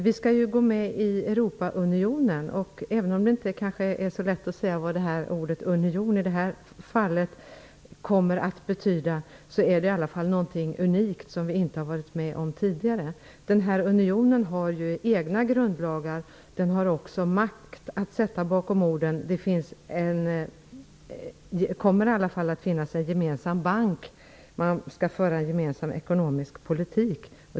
Vi skall ju gå med i Europaunionen, och även om det inte är så lätt att säga vad ordet union i det här fallet kommer att betyda, är det ändå någonting unikt, som vi inte har varit med om tidigare. Den här unionen har ju egna grundlagar, och den har också makt att sätta bakom orden. Det kommer att finnas en gemensam bank, och man skall föra en gemensam ekonomisk politik.